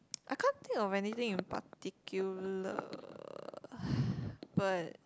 I can't think of anything in particular but